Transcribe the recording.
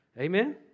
Amen